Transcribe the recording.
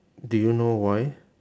do you know why